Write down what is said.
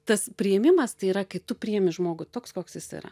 tas priėmimas tai yra kai tu priimi žmogų toks koks jis yra